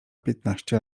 piętnaście